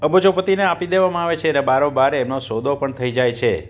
અબજોપતિને આપી દેવામાં આવે છે ને બારોબાર એનો સોદો પણ થઈ જાય છે